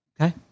Okay